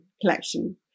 collection